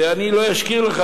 ואני אזכיר לך,